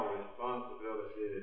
responsibility